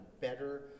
better